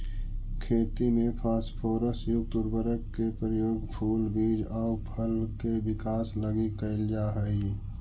खेती में फास्फोरस युक्त उर्वरक के प्रयोग फूल, बीज आउ फल के विकास लगी कैल जा हइ